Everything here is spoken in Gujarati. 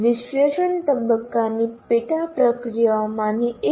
વિશ્લેષણ તબક્કાની પેટા પ્રક્રિયાઓમાંની એક